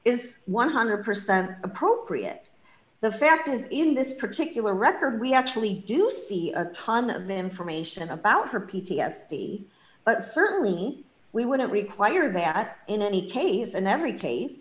is one hundred percent appropriate the fact is in this particular record we actually do see a ton of information about her p t s d but certainly we wouldn't require that in any case in every case